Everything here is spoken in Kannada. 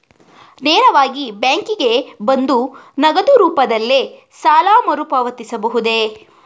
ನೇರವಾಗಿ ಬ್ಯಾಂಕಿಗೆ ಬಂದು ನಗದು ರೂಪದಲ್ಲೇ ಸಾಲ ಮರುಪಾವತಿಸಬಹುದೇ?